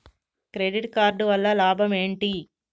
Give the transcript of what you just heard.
Credit card వల్ల లాభం ఏంటి?